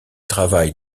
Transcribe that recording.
travail